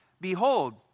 Behold